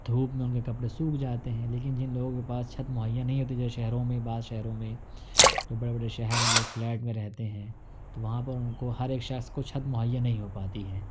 دھوپ میں ان کے کپڑے سوکھ جاتے ہیں لیکن جن لوگوں کے پاس چھت مہیا نہیں ہوتی جیسے شہروں میں بعض شہروں میں جو بڑے بڑے شہر ہیں لوگ فلیٹ میں رہتے ہیں تو وہاں پر ان کو ہر ایک شخص کو چھت مہیا نہیں ہو پاتی ہے